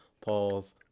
Pause